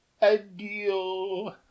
Adieu